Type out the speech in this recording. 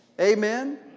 Amen